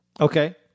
Okay